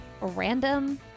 random